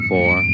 Four